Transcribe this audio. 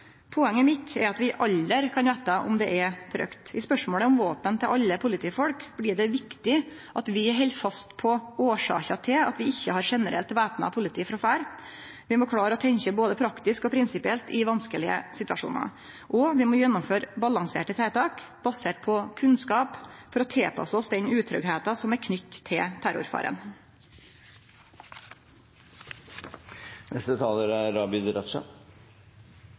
Poenget mitt er at vi aldri kan vite om det er trygt. I spørsmålet om våpen til alle politifolk blir det viktig at vi held fast på årsaka til at vi ikkje har generelt væpna politi frå før. Vi må klare å tenkje både praktisk og prinsipielt i vanskelege situasjonar. Og vi må gjennomføre balanserte tiltak basert på kunnskap for å tilpasse oss den utryggleiken som er knytt til